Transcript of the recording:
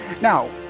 Now